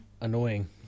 annoying